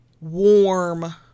warm